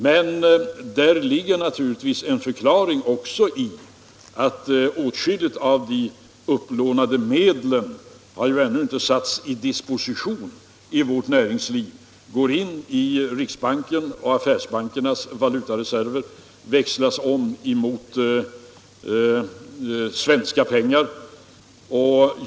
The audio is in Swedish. Men det ligger naturligtvis också en förklaring i att åtskilligt av de upplånade medlen ännu inte har satts i disposition i vårt näringsliv. Medlen går in i riksbanken och i affärsbankernas valutareserver och växlas om i svenska pengar.